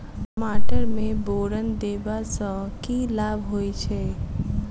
टमाटर मे बोरन देबा सँ की लाभ होइ छैय?